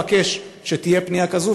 אבקש שתהיה פנייה כזו,